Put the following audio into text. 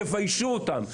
תביישו אותם,